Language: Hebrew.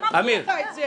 עפר, הבנו.